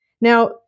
Now